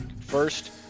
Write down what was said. First